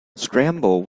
scramble